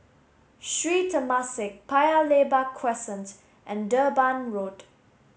Sri Temasek Paya Lebar Crescent and Durban Road